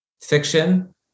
fiction